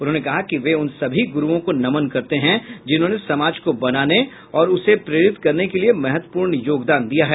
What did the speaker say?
उन्होंने कहा कि वे उन सभी गुरूओं को नमन करते हैं जिन्होंने समाज को बनाने और उसे प्रेरित करने के लिए महत्वपूर्ण योगदान दिया है